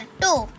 two